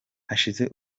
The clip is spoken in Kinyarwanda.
hashize